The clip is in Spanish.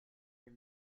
del